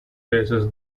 faces